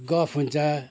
गफ हुन्छ